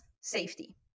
safety